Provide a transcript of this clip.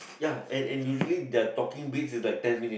ya and and really their talking pace is like ten minute